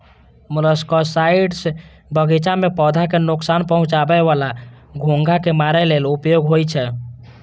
molluscicides बगीचा मे पौधा कें नोकसान पहुंचाबै बला घोंघा कें मारै लेल उपयोग होइ छै